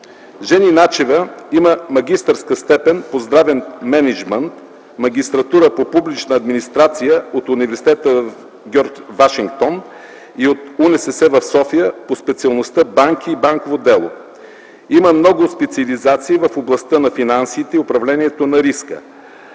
Жени Начева има магистърска степен по здравен мениджмънт, магистратура по публична администрация от университета „Георг Вашингтон” и от УНСС в София по специалността „Банки и банково дело”. Има много специализации в областта на финансите и управлението на риска.